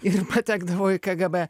ir patekdavo į kgb